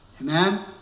Amen